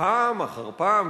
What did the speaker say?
פעם אחר פעם,